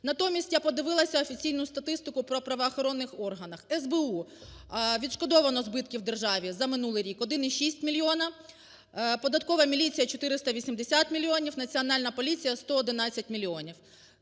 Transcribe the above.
Натомість я подивилася офіційну статистику в правоохоронних органах: СБУ відшкодовано збитків державі за минулий рік 1,6 мільйона, податкова міліція – 480 мільйонів, Національна поліція – 111